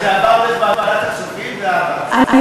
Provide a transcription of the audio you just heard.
אני שואל,